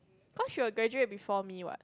cause she will graduate before me what